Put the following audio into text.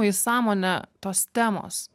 į sąmonę tos temos